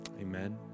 Amen